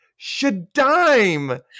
Shadime